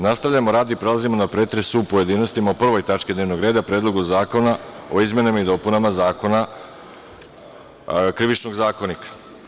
Nastavljamo rad i prelazimo na pretres u pojedinostima o 1. tački dnevnog reda – Predlogu zakona o izmenama i dopunama Krivičnog zakonika.